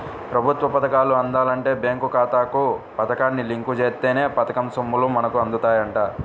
ప్రభుత్వ పథకాలు అందాలంటే బేంకు ఖాతాకు పథకాన్ని లింకు జేత్తేనే పథకం సొమ్ములు మనకు అందుతాయంట